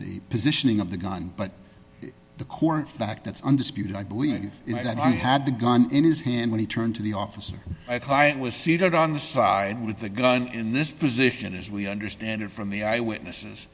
the positioning of the gun but the core fact that's undisputed i believe is that i had the gun in his hand when he turned to the officer i client was seated on the side with the gun in this position as we understand it from the eyewitnesses